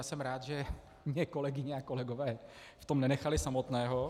Jsem rád, že mě kolegyně a kolegové v tom nenechali samotného.